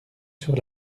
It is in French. sur